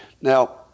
Now